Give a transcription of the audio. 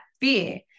fear